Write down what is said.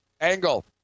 Angle